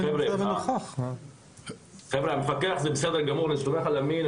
מפקח זה בסדר גמור, אני סומך על אמין.